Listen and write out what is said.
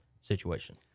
situation